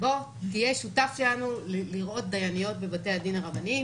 בוא תהיה שותף שלנו לראות דייניות בבתי הדין הרבניים,